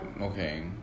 Okay